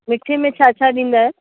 मिठे में छा छा ॾींदा आहियो